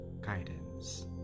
guidance